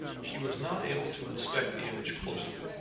she was not able to inspect the image closely.